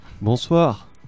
Bonsoir